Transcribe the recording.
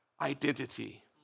identity